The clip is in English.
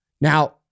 Now